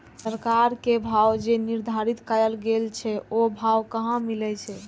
सरकार के भाव जे निर्धारित कायल गेल छै ओ भाव कहाँ मिले छै?